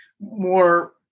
more